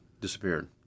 disappeared